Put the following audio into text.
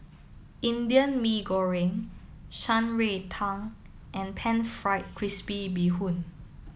Indian Mee Goreng Shan Rui Tang and Pan Fried Crispy Bee Hoon